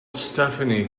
stephanie